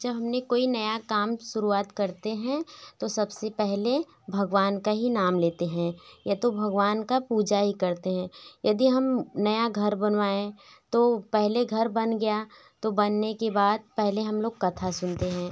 जब हमने कोई नया काम शुरूवात करते है तो सबसे पहले भगवान का ही नाम लेते है तो भगवान का पूजा ही करते है यदि हम नया घर बनवायें तो पहले घर बन गया तो घर बनने के बाद हम लोग कथा सुनते हैं